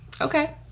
okay